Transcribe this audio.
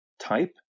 type